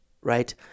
right